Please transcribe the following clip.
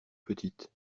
petite